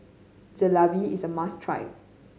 jalebi is a must try